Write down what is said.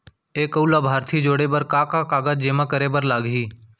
एक अऊ लाभार्थी जोड़े बर का का कागज जेमा करे बर लागही?